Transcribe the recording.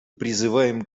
призываем